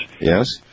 Yes